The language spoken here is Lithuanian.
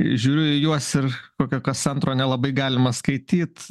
žiūriu į juos ir kokio kas antro nelabai galima skaityt